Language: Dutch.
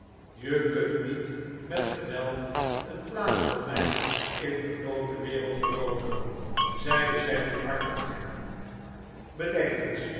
e kunt niet met geweld een plaats voor mij in de groote wereld veroveren zeide zij goedhartig bedenk